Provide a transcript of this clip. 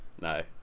No